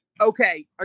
Okay